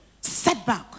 setback